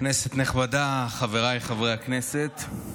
כנסת נכבדה, חבריי חברי הכנסת,